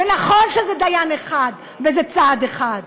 ונכון שזה דיין אחד וזה צעד אחד.